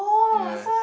yes